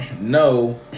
No